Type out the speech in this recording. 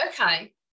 okay